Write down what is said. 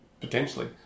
Potentially